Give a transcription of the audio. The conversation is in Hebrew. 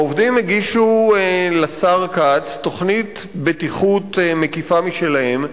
העובדים הגישו לשר כץ תוכנית בטיחות מקיפה משלהם.